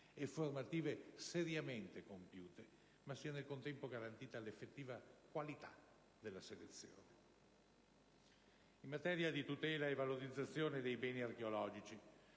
e formative seriamente compiute, ma sia nel contempo garantita l'effettiva qualità della selezione. In materia di tutela e valorizzazione dei beni archeologici,